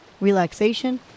relaxation